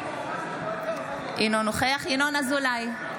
אינו נוכח ינון אזולאי,